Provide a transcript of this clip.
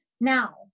Now